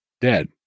dead